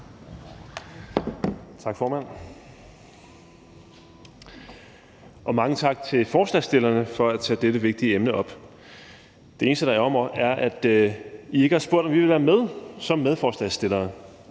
Tak, formand, og mange tak til forslagsstillerne for at tage dette vigtige emne op. Det eneste, der ærgrer mig, er, at I ikke har spurgt, om vi ville være med som medforslagsstillere.